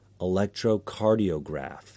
electrocardiograph